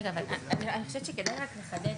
רגע, אבל אני חושבת שכדאי רק לחדד.